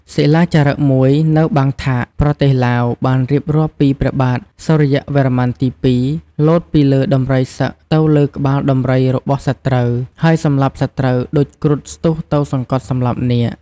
សិលាចារឹកមួយនៅបាងថាក ប្រទេសឡាវ បានរៀបរាប់ពីព្រះបាទសូរ្យវរ្ម័នទី២ លោតពីលើដំរីសឹកទៅលើក្បាលដំរីរបស់សត្រូវ ហើយសម្លាប់សត្រូវដូចគ្រុឌស្ទុះទៅសង្កត់សម្លាប់នាគ។